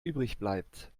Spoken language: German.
übrigbleibt